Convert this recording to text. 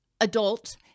adult